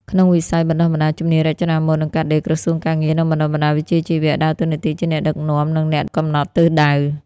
ក្នុងវិស័យបណ្ដុះបណ្ដាលជំនាញរចនាម៉ូដ និងកាត់ដេរ ក្រសួងការងារ និងបណ្ដុះបណ្ដាលវិជ្ជាជីវៈ ដើរតួនាទីជាអ្នកដឹកនាំ និងអ្នកកំណត់ទិសដៅ។